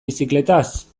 bizikletaz